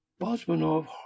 Bosmanov